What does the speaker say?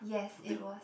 yes it was